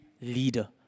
leader